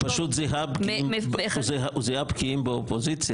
הוא פשוט זיהה בקיעים באופוזיציה,